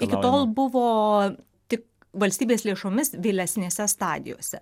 iki tol buvo tik valstybės lėšomis vėlesnėse stadijose